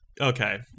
Okay